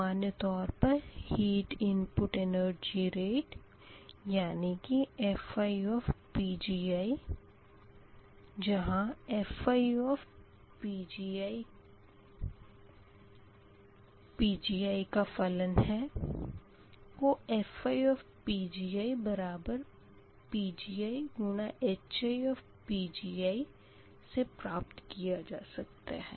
सामान्य तौर पर हीट इनपुट एनेरजी रेट यानी की FiPgi जहाँ FiPgi जो Pgi का फलन है को FiPgiPgiHiPgi से प्राप्त किया जा सकता है